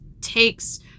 takes